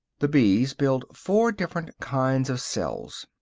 the bees build four different kinds of cells.